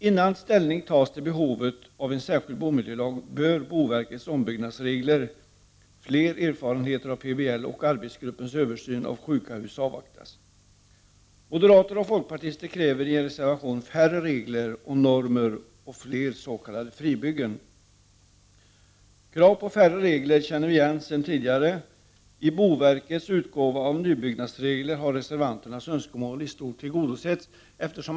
Innan ställning tas i fråga om behovet av en särskild bomiljölag bör boverkets ombyggnadsregler, fler erfarenheter av PBL och arbetsgruppens översyn av sjuka hus avvaktas. Moderater och folkpartister kräver i en reservation färre regler och normer samt fler s.k. fribyggen. Kravet på färre regler känner vi igen sedan tidigare. I boverkets utgåva av nybyggnadsregler har reservanternas önskemål i stort sett tillgodosetts.